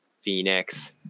Phoenix